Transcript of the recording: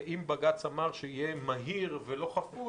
שאם בג"ץ אמר שיהיה מהיר ולא חפוז,